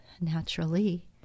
naturally